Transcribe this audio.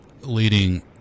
leading